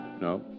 No